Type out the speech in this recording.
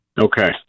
Okay